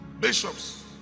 bishops